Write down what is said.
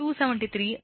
So that k 0